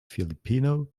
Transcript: filipino